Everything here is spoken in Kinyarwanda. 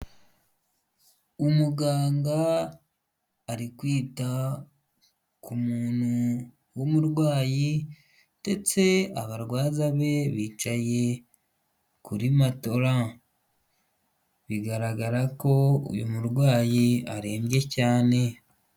Umuganga ari kwita ku muntu w'umurwayi ndetse abarwaza be bicaye kuri matora, bigaragara ko uyu murwayi arembye cyane.